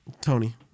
Tony